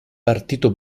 partito